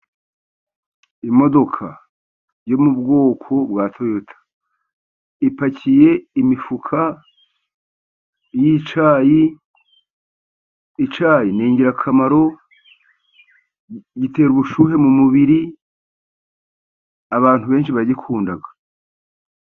Imodoka yo mu bwoko bwa toyota, ipakiye imifuka yicyayi; Icyayi ni ingirakamaro igitera ubushyuhe mu mubir, abantu benshi bagikunda.